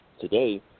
today